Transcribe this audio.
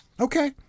Okay